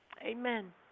Amen